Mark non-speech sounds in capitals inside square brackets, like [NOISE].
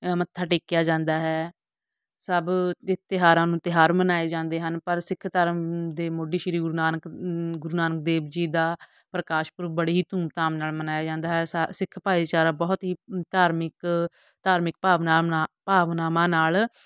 ਮੱਥਾ ਟੇਕਿਆ ਜਾਂਦਾ ਹੈ ਸਭ ਦੇ ਤਿਉਹਾਰਾਂ ਤਿਉਹਾਰ ਮਨਾਏ ਜਾਂਦੇ ਹਨ ਪਰ ਸਿੱਖ ਧਰਮ ਦੇ ਮੋਢੀ ਸ਼੍ਰੀ ਗੁਰੂ ਨਾਨਕ ਗੁਰੂ ਨਾਨਕ ਦੇਵ ਜੀ ਦਾ ਪ੍ਰਕਾਸ਼ ਪੁਰਬ ਬੜੀ ਹੀ ਧੂਮਧਾਮ ਨਾਲ ਮਨਾਇਆ ਜਾਂਦਾ ਹੈ ਸਾ ਸਿੱਖ ਭਾਈਚਾਰਾ ਬਹੁਤ ਹੀ ਧਾਰਮਿਕ ਧਾਰਮਿਕ [UNINTELLIGIBLE] ਭਾਵਨਾਵਾਂ ਨਾਲ